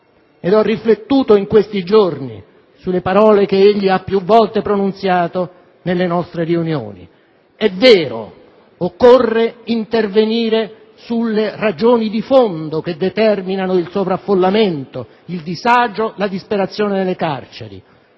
e ho riflettuto in questi giorni sulle parole che egli ha più volte pronunziato nelle nostre riunioni. È vero, occorre intervenire sulle ragioni di fondo che determinano il sovraffollamento, il disagio e la disperazione nelle carceri.